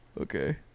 Okay